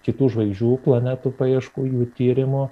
kitų žvaigždžių planetų paieškų jų tyrimo